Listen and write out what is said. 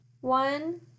One